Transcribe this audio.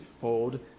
hold